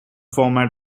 format